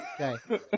Okay